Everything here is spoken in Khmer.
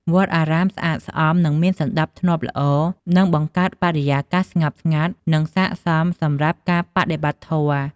វត្តអារាមស្អាតស្អំ និងមានសណ្តាប់ធ្នាប់ល្អ នឹងបង្កើតបរិយាកាសស្ងប់ស្ងាត់ និងស័ក្តិសមសម្រាប់ការបដិបត្តិធម៌។